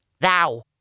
Thou